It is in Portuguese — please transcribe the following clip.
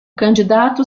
candidato